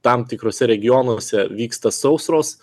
tam tikruose regionuose vyksta sausros